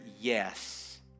yes